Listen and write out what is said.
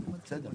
בנושאים שונים.